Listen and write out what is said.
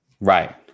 Right